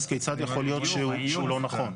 אז כיצד יכול להיות שהוא לא נכון?